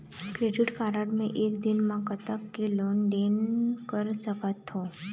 Credit card मे एक दिन म कतक के लेन देन कर सकत हो?